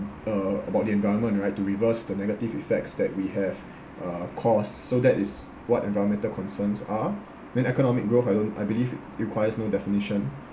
uh about the environment right to reverse the negative effects that we have uh cost so that is what environmental concerns are then economic growth I don't I believe requires no definition